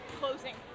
closing